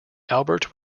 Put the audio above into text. albert